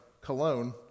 cologne